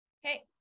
Hey